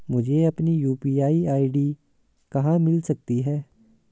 मुझे अपनी UPI ID कहां मिल सकती है?